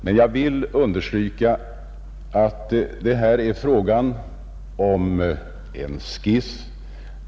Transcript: Men jag vill understryka att det här är fråga om en skiss.